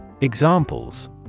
Examples